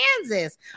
Kansas